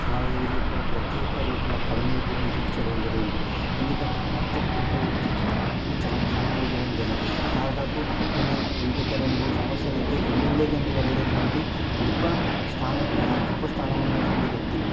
మా ఊరి యొక్క ప్రతీ ఒక్కరి లోపల కన్నీళ్ళు మిగల్చడం జరిగింది ఎందుకంటే అంతటి గొప్ప వ్యక్తి చానా మందికి చానా సహాయం చేయడం జరిగింది దాదాపు కొన్ని ఇంకొక రెండు మూడు సంవత్సరాలయితే ఎమ్మెల్యేగా నిలబడేటువంటి గొప్ప స్థాన గొప్ప స్థానం ఉన్నటువంటి వ్యక్తి